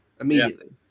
immediately